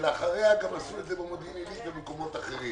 אחרי זה עשו את זה במודיעין עילית ובמקומות אחרים.